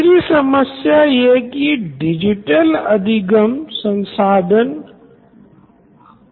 तीसरी समस्या ये की डिजिटल अधिगम संसाधन तक हर किसी की पहुँच न हो पाना